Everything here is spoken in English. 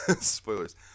spoilers